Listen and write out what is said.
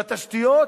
בתשתיות,